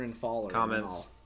Comments